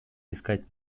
искать